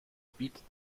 bietet